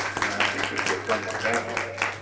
and i think you'll find it fascinating.